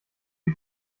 die